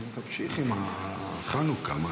תמשיך עם חנוכה.